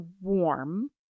warm